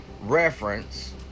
reference